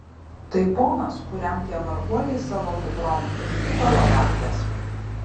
tai ponas kuriam tie varguoliai savo kuprom ir sukala babkes